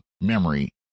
memory